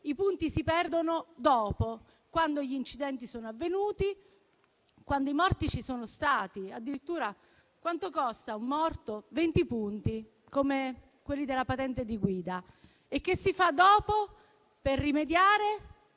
i punti si perdono dopo, quando gli incidenti sono avvenuti, quando i morti ci sono stati. Addirittura un morto costa venti punti, come quelli della patente di guida. Dopo, per rimediare,